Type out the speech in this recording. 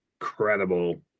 incredible